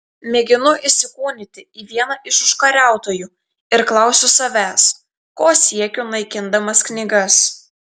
mėginu įsikūnyti į vieną iš užkariautojų ir klausiu savęs ko siekiu naikindamas knygas